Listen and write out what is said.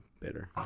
bitter